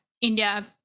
India